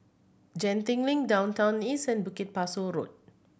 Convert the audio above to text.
Genting Link Downtown East and Bukit Pasoh Road